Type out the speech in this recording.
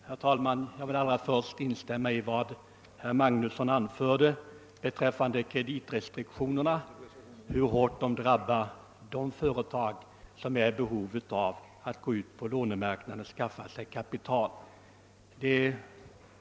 Herr talman! Jag vill allra först instämma i vad herr Magnusson i Borås anförde beträffande kreditrestriktionerna och om hur hårt de drabbar de företag som måste gå ut på lånemarknaden för att försöka skaffa kapital.